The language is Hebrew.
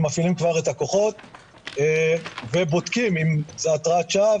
הם מפעילים כבר את הכוחות ובודקים אם זו התראת שווא